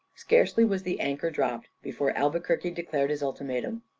scarcely was the anchor dropped before albuquerque declared his ultimatum.